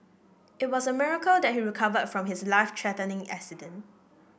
it was a miracle that he recovered from his life threatening accident